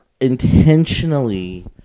intentionally